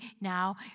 now